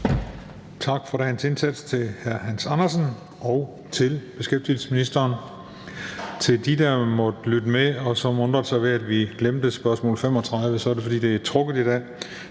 Tak for dagens indsats til hr. Hans Andersen og til beskæftigelsesministeren. Til dem, der måtte lytte med, og som undrede sig over, at vi glemte spørgsmål 35, kan jeg sige, at det er, fordi det er trukket tilbage